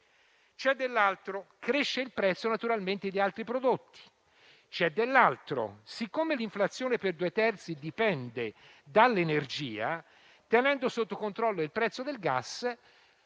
C'è dell'altro: cresce naturalmente il prezzo di altri prodotti. C'è dell'altro ancora: siccome l'inflazione per due terzi dipende dall'energia, tenendo sotto controllo il prezzo del gas,